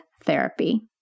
therapy